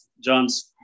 John's